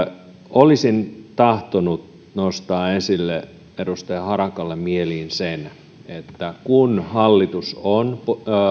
olisin tahtonut nostaa esille edustaja harakalle sen että kun hallitus on